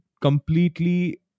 completely